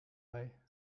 mij